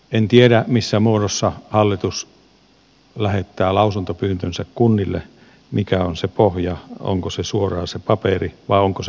en tiedä missä muodossa hallitus lähettää lausuntopyyntönsä kunnille mikä on se pohja onko se suoraan se paperi vai onko se jotakin muuta